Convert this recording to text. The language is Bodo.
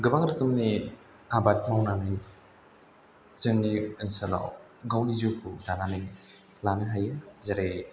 गोबां रोखोमनि आबाद मावनानै जोंनि ओनसोलाव गावनि जिउखौ दानानै लानो हायो जेरै